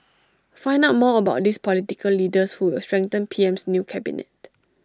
find out more about these political leaders who will strengthen PM's new cabinet